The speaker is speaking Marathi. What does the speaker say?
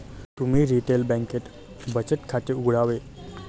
तुम्ही रिटेल बँकेत बचत खाते उघडावे